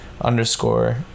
underscore